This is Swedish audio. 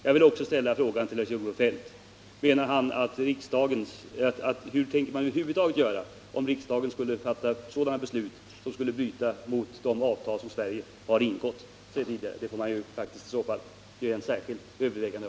Jag vill också fråga Kjell-Olof Feldt: Hur tänker man över huvud taget göra, om riksdagen skulle fatta beslut som strider mot de avtal som Sverige tidigare har ingått? Det får faktiskt i så fall särskilt övervägas.